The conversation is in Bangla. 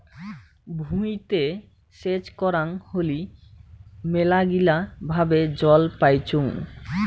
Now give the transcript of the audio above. ভুঁইতে সেচ করাং হলি মেলাগিলা ভাবে জল পাইচুঙ